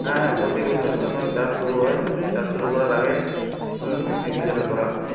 হ্যাঁ হ্যাঁ প্রতিবছর যখন চাষ শুরু হয় চাষ শুরু করার আগে হুম এই পুজোটা করা হয়